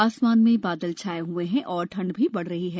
आसमान में बादल छाए हए हैं और ठंड भी बढ़ रही है